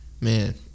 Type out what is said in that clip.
Man